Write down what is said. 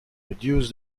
reduce